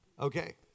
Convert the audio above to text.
Okay